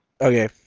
Okay